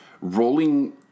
rolling